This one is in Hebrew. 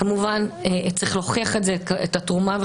כמובן, צריך להוכיח את התרומה.